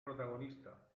protagonista